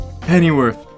Pennyworth